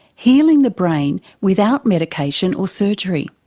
healing the brain without medication or surgery.